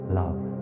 love